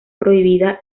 prohibida